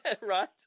right